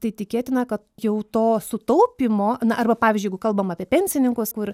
tai tikėtina kad jau to sutaupymo na arba pavyzdžiui kalbam apie pensininkus kur